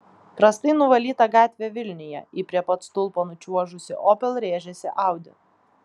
prastai nuvalyta gatvė vilniuje į prie pat stulpo nučiuožusį opel rėžėsi audi